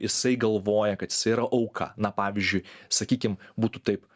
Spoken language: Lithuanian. jisai galvoja kad jisai yra auka na pavyzdžiui sakykim būtų taip